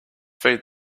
feed